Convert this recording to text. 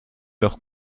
leurs